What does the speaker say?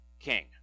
king